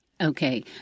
Okay